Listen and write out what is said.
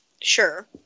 Sure